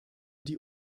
die